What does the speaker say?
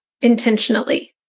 intentionally